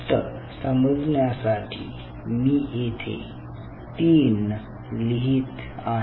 फक्त समजण्यासाठी मी येथे 3 लिहीत आहे